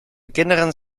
kinderen